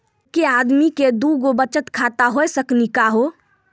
एके आदमी के दू गो बचत खाता हो सकनी का हो?